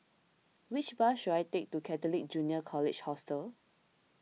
which bus should I take to Catholic Junior College Hostel